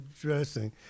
dressing